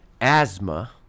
asthma